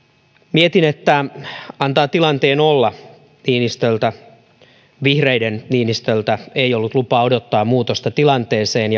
mietin että antaa tilanteen olla niinistöltä vihreiden niinistöltä ei ollut lupa odottaa muutosta tilanteeseen